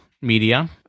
Media